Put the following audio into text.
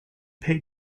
pay